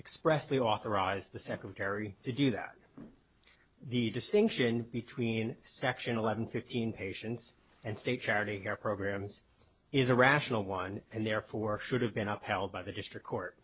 expressly authorized the secretary to do that the distinction between section eleven fifteen patients and state charity care programs is a rational one and therefore should have been upheld by the district court